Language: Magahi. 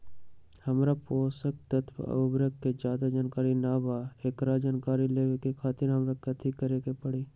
हमरा पोषक तत्व और उर्वरक के ज्यादा जानकारी ना बा एकरा जानकारी लेवे के खातिर हमरा कथी करे के पड़ी?